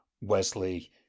Wesley